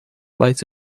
light